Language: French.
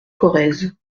corrèze